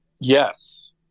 Yes